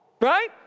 right